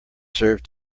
serve